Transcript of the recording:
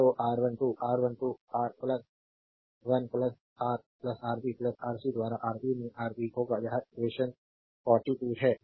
तो R12 R12 R 1 R3 रा RB R C द्वारा आरबी में आरबी होगा यह इक्वेशन 42 है